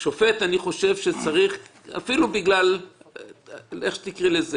שופט אני מבין כי זה ערך שחשוב.